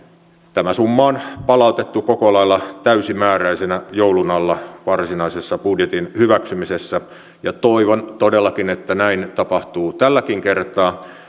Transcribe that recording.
tämä summa on palautettu koko lailla täysimääräisenä joulun alla varsinaisessa budjetin hyväksymisessä ja toivon todellakin että näin tapahtuu tälläkin kertaa